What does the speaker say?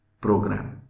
program